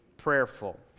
prayerful